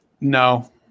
No